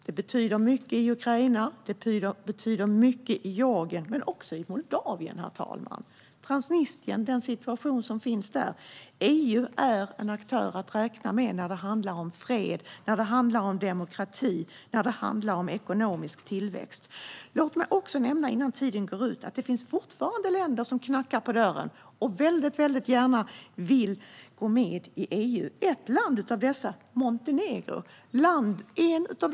Det betyder mycket i Ukraina och Georgien, men också i Moldavien, herr talman. Vad gäller situationen i Transnistrien är EU en aktör att räkna med när det handlar om fred, demokrati och ekonomisk tillväxt. Låt mig också nämna att det fortfarande finns länder som knackar på dörren och väldigt gärna vill gå med i EU. Ett av dessa länder är Montenegro.